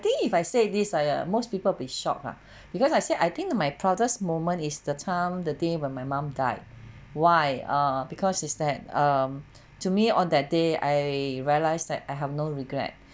think if I said this like uh most people will be shocked lah because I said I think my proudest moment is the time the day when my mom died why ah because is that um to me on that day I realized that I have no regret